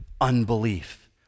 unbelief